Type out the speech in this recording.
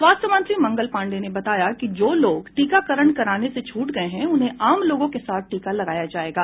स्वास्थ्य मंत्री मंगल पांडेय ने बताया कि जो लोग टीकाकरण कराने से छूट गए हैं उन्हें आम लोगों के साथ टीका लगाया जाएगा